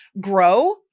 grow